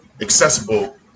accessible